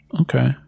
Okay